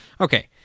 Okay